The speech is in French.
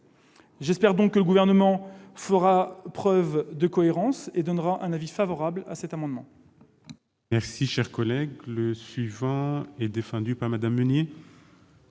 J'espère que le Gouvernement fera preuve de cohérence et émettra un avis favorable sur cet amendement.